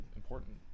important